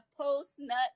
post-nut